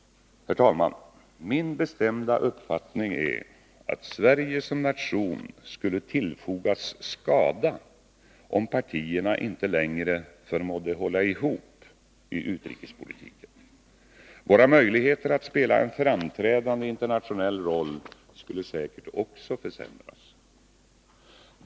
Herr talman! Min bestämda uppfattning är att Sverige som nation skulle tillfogas skada om partierna inte längre förmådde hålla ihop i utrikespolitiken. Våra möjligheter att spela en framträdande internationell roll skulle säkert också försämras.